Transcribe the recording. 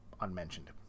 unmentioned